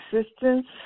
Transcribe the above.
assistance